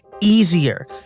easier